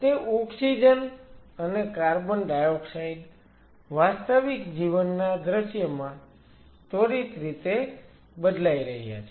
તે ઓક્સિજન અને CO2 વાસ્તવિક જીવનના દૃશ્યમાં ત્વરિત રીતે બદલાઈ રહ્યા છે